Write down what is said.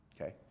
Okay